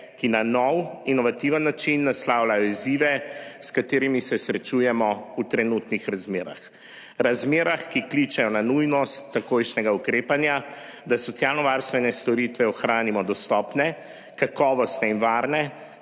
ki na nov inovativen način naslavljajo izzive, s katerimi se srečujemo v trenutnih razmerah, razmerah, ki kličejo na nujnost takojšnjega ukrepanja, da socialnovarstvene storitve ohranimo dostopne, kakovostne in varne